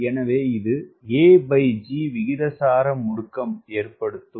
எனவே இது ag விகிதாசார முடுக்கம் ஏற்படுத்தும்